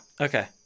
okay